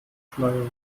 schleier